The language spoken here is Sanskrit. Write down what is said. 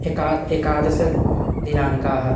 एकम् एकादशदिनाङ्कः